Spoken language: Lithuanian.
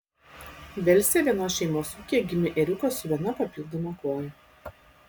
velse vienos šeimos ūkyje gimė ėriukas su viena papildoma koja